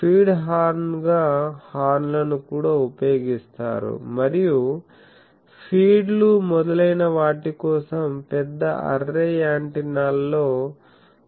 feed horn గా horn లను కూడా ఉపయోగిస్తారు మరియు ఫీడ్లు మొదలైన వాటి కోసం పెద్ద అర్రే యాంటెన్నాల్లో కూడా హార్న్ ను ఉపయోగిస్తారు